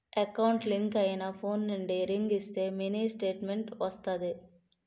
ఏ account link అయినా phone నుండి ring ఇస్తే మినీ స్టేట్మెంట్ వస్తాది